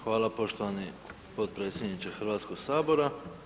Hvala poštovani podpredsjedniče Hrvatskog sabora.